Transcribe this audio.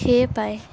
খেয়ে পাই